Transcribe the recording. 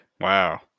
Wow